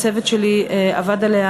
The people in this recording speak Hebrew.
הצוות שלי עבד עליה,